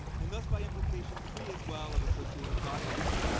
and thus by implication free as well of associated violence.